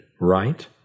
right